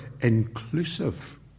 inclusive